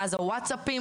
מאז הוואטסאפ,